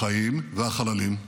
החיים והחללים.